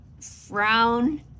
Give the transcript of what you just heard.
frown